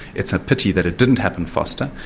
it's a pity that it didn't happen faster,